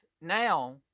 now